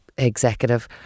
executive